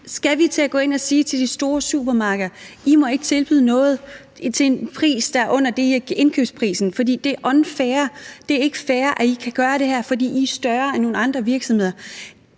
til at gå ind og sige til de store supermarkeder, at de må ikke tilbyde noget til en pris, der er under indkøbsprisen, fordi det ikke er fair, at de gør det, fordi de er større end nogle andre virksomheder.